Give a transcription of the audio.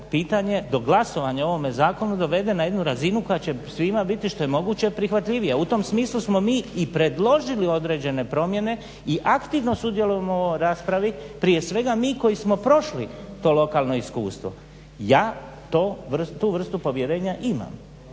pitanje do glasovanja o ovome zakonu dovede na jednu razinu koja će svima biti, što je moguće prihvatljivija. tom smislu smo mi i predložili određene promjene i aktivno sudjelujemo u ovoj raspravi, prije svega mi koji smo prošli to lokalno iskustvo. Ja to, tu vrstu povjerenja imam